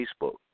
Facebook